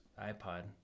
iPod